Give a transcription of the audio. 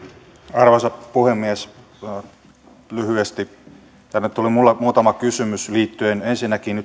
arvoisa puhemies lyhyesti tänne tuli minulle muutama kysymys liittyen ensinnäkin